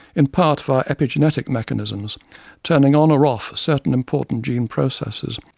in part via epigenetic mechanisms turning on or off certain important gene processes.